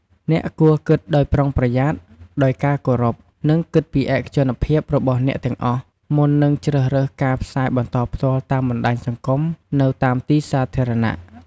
អ្នកគួរគិតដោយប្រុងប្រយ័ត្ន ដោយការគោរព និង គិតពីឯកជនភាពរបស់អ្នកទាំងអស់ មុននឹងជ្រើសរើសការផ្សាយបន្តផ្ទាល់តាមបណ្តាញសង្គម នៅតាមទីសាធារណៈ។